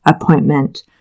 appointment